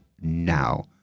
now